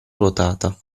ruotata